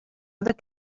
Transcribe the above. look